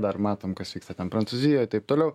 dar matom kas vyksta ten prancūzijoj taip toliau